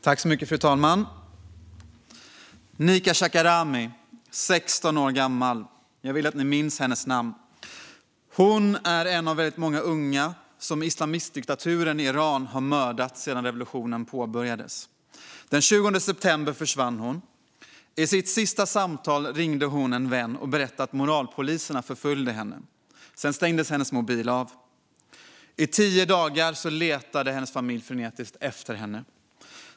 Fru talman! Nika Shakarami var 16 år gammal. Jag vill att ni minns hennes namn. Hon är en av många unga som islamistdikaturen i Iran har mördat sedan revolutionen påbörjades. Den 20 september försvann hon. I sitt sista samtal ringde hon en vän och berättade att moralpoliserna förföljde henne. Sedan stängdes hennes mobil av. I tio dagar letade hennes familj frenetiskt efter henne.